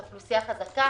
זו אוכלוסייה מאוד חזקה.